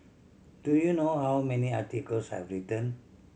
do you know how many articles I've written